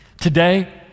Today